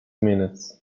minutes